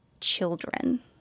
children